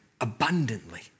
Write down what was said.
abundantly